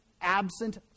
absent